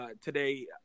today